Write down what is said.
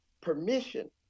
permission